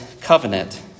covenant